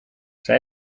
zij